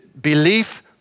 Belief